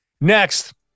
next